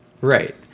Right